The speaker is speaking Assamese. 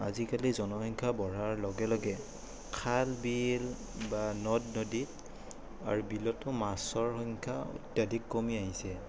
আজিকালি জনসংখ্যা বঢ়াৰ লগে লগে খাল বিল বা নদ নদীত আৰু বিলতো মাছৰ সংখ্যা অত্যাধিক কমি আহিছে